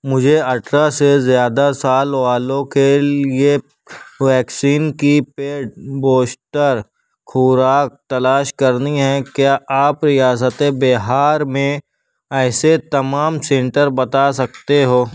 مجھے اٹھارہ سے زیادہ سال والوں کے لیے ویکسین کی پیڈ بوسٹر خوراک تلاش کرنی ہے کیا آپ ریاستِ بہار میں ایسے تمام سینٹر بتا سکتے ہو